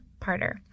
parter